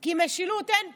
כי משילות אין פה.